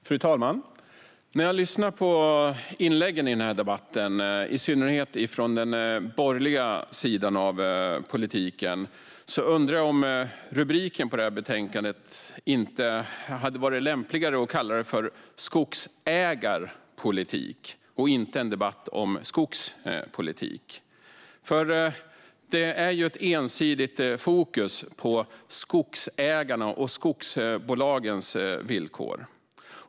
Fru talman! När jag lyssnar på inläggen i denna debatt, i synnerhet från den borgerliga sidan av politiken, undrar jag om det inte hade varit lämpligare att kalla detta betänkande för skogsägarpolitik och inte skogspolitik. Det är nämligen ett ensidigt fokus på skogsägarnas och skogsbolagens villkor.